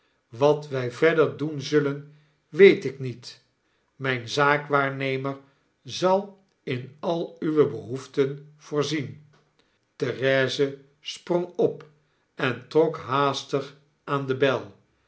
wat wy verder doen zullen weet ik niet myn zaakwaarnemer zal in al uwe behoeften voorzien therese sprong op en trok haastig aan de bel